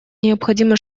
необходимо